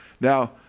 Now